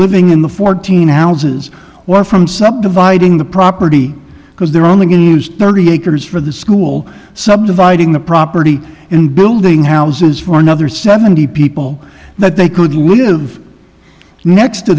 living in the fourteen ounces or from subdividing the property because they're only going to use thirty acres for the school subdividing the property in building houses for another seventy people that they could live next to